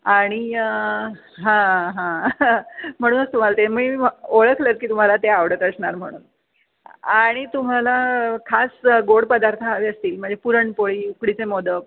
आणि हां हां म्हणूनच तुम्हाला ते मी ओळखलंच की तुम्हाला ते आवडत असणार म्हणून आणि तुम्हाला खास गोड पदार्थ हवे असतील म्हणजे पुरणपोळी उकडीचे मोदक